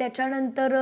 त्याच्यानंतर